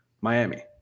Miami